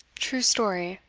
true story.